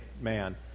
man